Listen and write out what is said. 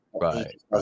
Right